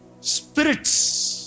spirits